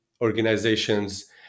organizations